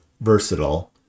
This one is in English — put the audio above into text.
versatile